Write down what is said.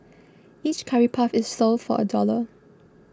each curry puff is sold for a dollar